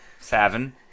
seven